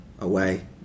away